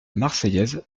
marseillaise